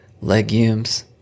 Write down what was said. legumes